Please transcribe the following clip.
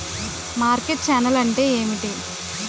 Market channel అంటే ఏమిటి?